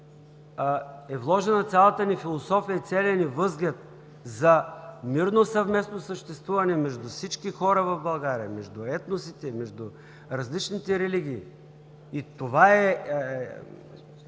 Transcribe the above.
е вложена цялата ни философия и целият ни възглед за мирно съвместно съществуване между всички хора в България, между етносите, между различните религии и това е